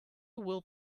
will